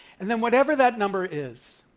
and then whatever that number is,